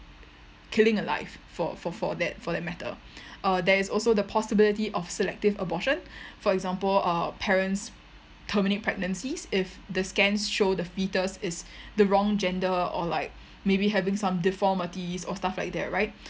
killing a life for for for that for that matter uh there is also the possibility of selective abortion for example uh parents terminate pregnancies if the scans show the fetus is the wrong gender or like maybe having some deformities or stuff like that right